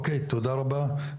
תודה רבה.